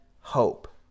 hope